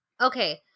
Okay